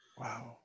Wow